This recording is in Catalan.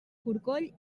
corcoll